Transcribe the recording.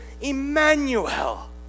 Emmanuel